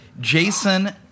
Jason